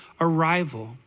arrival